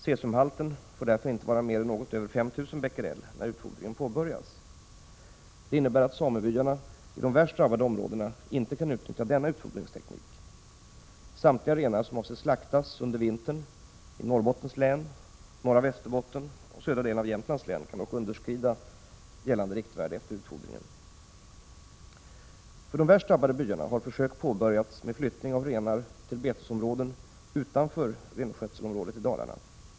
Cesiumhalten får därför inte vara mer än något över 5 000 bequerel när utfodringen påbörjas. Det innebär att samebyarna i de värst drabbade områdena inte kan utnyttja denna utfodringsteknik. Samtliga renar som avses slaktas under vintern, i Norrbottens län, norra Västerbotten och södra delen av Jämtlands län kan dock underskrida gällande riktvärde efter utfodringen. För de värst drabbade byarna har försök påbörjats med flyttning av renar till betesområden utanför renskötselområdet i Dalarna.